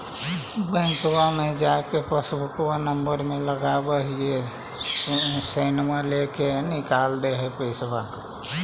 बैंकवा मे जा के पासबुकवा नम्बर मे लगवहिऐ सैनवा लेके निकाल दे है पैसवा?